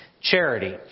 Charity